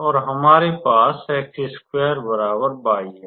और हमारे पास है